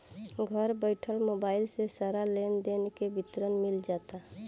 घर बइठल मोबाइल से सारा लेन देन के विवरण मिल जाता